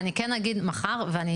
ואני כן אגיד שבסוף,